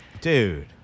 dude